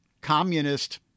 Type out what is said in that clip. communist